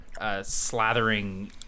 slathering